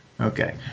Okay